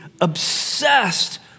obsessed